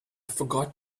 forgot